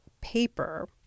paper